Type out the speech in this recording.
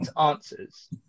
answers